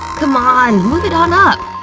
c'mon! move it on up!